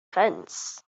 fence